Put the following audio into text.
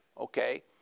okay